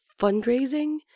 fundraising